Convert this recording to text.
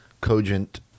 cogent